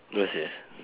ya sia